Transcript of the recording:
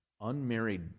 unmarried